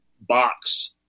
box